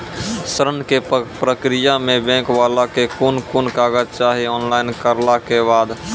ऋण के प्रक्रिया मे बैंक वाला के कुन कुन कागज चाही, ऑनलाइन करला के बाद?